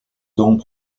donc